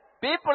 people